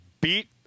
beat